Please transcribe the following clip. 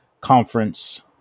conference